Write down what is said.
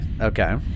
okay